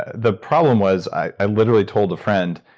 the problem was i literally told a friend,